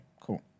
cool